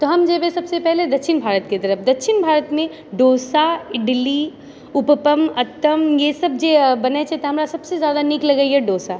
तऽ हम जेबै सब से पहले दक्षिण भारतके तरफ दक्षिण भारतमे डोसा इडली उपपमा अट्टम ई सब जे बनै छै तऽ हमरा सब से जादा नीक लगैए डोसा